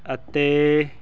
ਅਤੇ